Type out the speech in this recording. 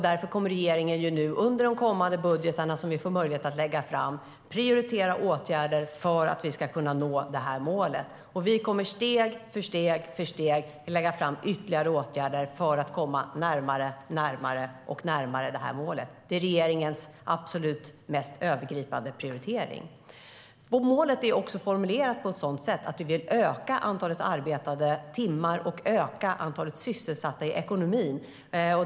Därför kommer regeringen under de kommande budgetarna att prioritera åtgärder för att nå målet. Vi kommer steg för steg att lägga fram förslag till ytterligare åtgärder för att komma närmare och närmare målet. Det är regeringens absolut mest övergripande prioritering. Målet är formulerat på ett sådant sätt att vi vill öka antalet arbetade timmar och öka antalet sysselsatta i ekonomin.